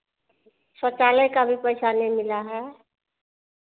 शौचालय का भी पैसा नहीं मिला है